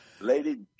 Lady